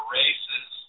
races